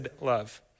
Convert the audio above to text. love